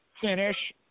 finish